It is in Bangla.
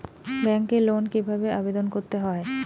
ব্যাংকে লোন কিভাবে আবেদন করতে হয়?